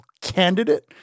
candidate